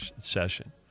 session